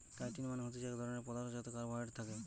chitin মানে হতিছে এক ধরণের পদার্থ যাতে কার্বোহাইড্রেট থাকে